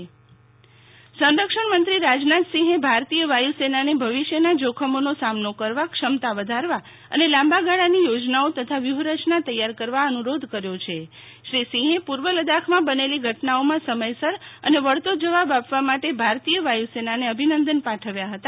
શીતલ વૈશ્વવ સંર ક્ષણ મંત્રી ભાર તીંય વાયુ સેના સંરક્ષણમંત્રી રોજનાથસિંહે ભારતીય વાયુ સેનાને ભવિષ્યનાજોખમોનો સામનો કરવા ક્ષમતા વધારવા અને લાંબા ગાળાની યોજનાઓ તથા વ્યૂ હરચના તૈયારકરવા અનુ રોધ કર્યો છે શ્રી સિંહે પૂ ર્વ લદ્દાખમાં બનેલી ઘટનાઓમાં સમયસર અને વળતોજવાબ આપવા માટે ભારતીય વાયુ સેનાને અભિનંદન પાઠવ્યા હતા